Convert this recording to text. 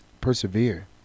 persevere